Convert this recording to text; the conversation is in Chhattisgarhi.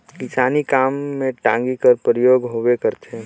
किसानी काम मे टागी कर परियोग होबे करथे